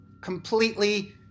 completely